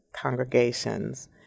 congregations